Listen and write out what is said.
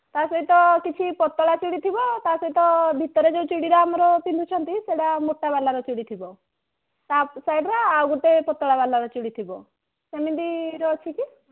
ତା'ସହିତ କିଛି ପତଳା ଚୁଡ଼ି ଥିବ ତା'ସହିତ ଭିତରେ ଯେଉଁ ଚୁଡ଼ିର ଆମର ପିନ୍ଧୁଛନ୍ତି ସେଇଟା ମୋଟାବାଲାର ଚୁଡ଼ି ଥିବ ତା ସାଇଡ଼୍ରେ ଆଉ ଗୋଟେ ପତଳାବାଲାର ଚୁଡ଼ି ଥିବ ସେମିତିର ଅଛି କି